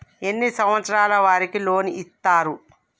ఎన్ని సంవత్సరాల వారికి లోన్ ఇస్తరు?